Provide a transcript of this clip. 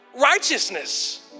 righteousness